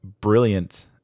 brilliant